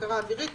בקרה אווירית,